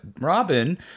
Robin